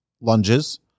lunges